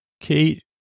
Kate